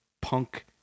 punk